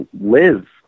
live